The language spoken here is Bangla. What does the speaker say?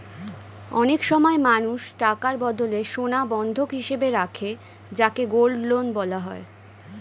অনেক সময় মানুষ টাকার বদলে সোনা বন্ধক হিসেবে রাখে যাকে গোল্ড লোন বলা হয়